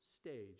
stage